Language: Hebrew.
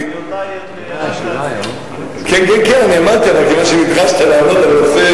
אמרתי, אבל כיוון שנדרשת לענות על נושא